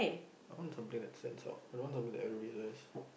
I want something that stands out I don't want something that everybody has